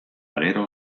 gero